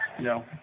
No